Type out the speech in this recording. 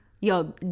Yo